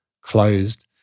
closed